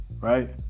right